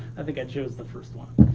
but yeah chose the first one.